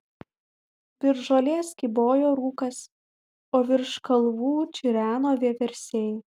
virš žolės kybojo rūkas o virš kalvų čireno vieversiai